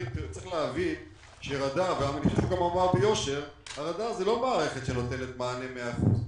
צריך להבין שהרדאר זה לא מערכת שנותנת מענה מאה אחוז,